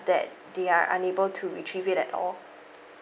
that they are unable to retrieve it at all